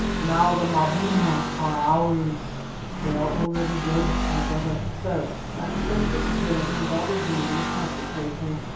now the maboona are ours they are already dead, my brother. so that treacherous villain indaba-zimbi had betrayed me.